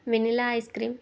vanilla ice-cream